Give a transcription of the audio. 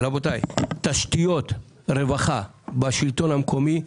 רבותיי, תשתיות רווחה בשלטון המקומי,